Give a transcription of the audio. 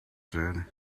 said